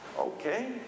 Okay